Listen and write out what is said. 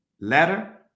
letter